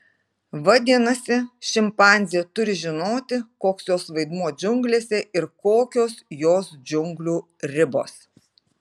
vadinasi šimpanzė turi žinoti koks jos vaidmuo džiunglėse ir kokios jos džiunglių ribos